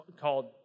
called